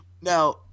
now